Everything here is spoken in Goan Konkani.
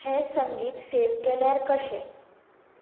हें संगीत सेव केल्यार कशें